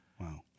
Wow